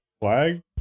Flag